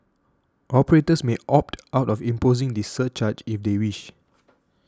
operators may opt out of imposing this surcharge if they wish